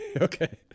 okay